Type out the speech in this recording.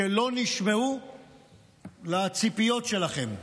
שלא נשמעה לציפיות שלכם.